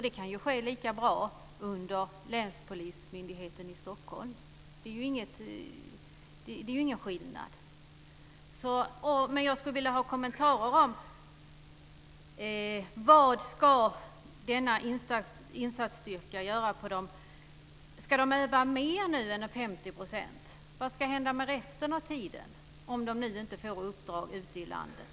Det kan ju likaväl ske under länspolismyndigheten i Stockholm. Det är ingen skillnad. Jag skulle vilja ha kommentarer om vad denna insatsstyrka göra. Ska de öva mer än 50 % nu? Vad ska hända med resten av tiden om de nu inte får uppdrag ute i landet?